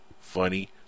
funny